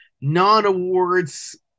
non-awards